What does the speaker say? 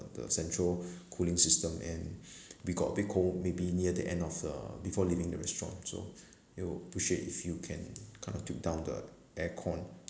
the central cooling system and we got a bit cold maybe near the end of uh before leaving the restaurant so we will appreciate if you can kind of tune down the air con